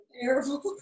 terrible